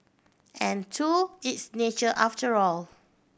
and two it's nature after all